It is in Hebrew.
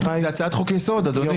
זאת הצעת חוק-יסוד, אדוני.